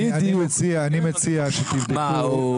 אני מציע שתבדקו.